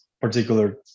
particular